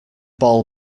ball